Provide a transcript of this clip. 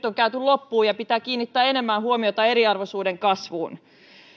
on nyt käyty loppuun ja pitää kiinnittää enemmän huomiota eriarvoisuuden kasvuun